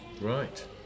Right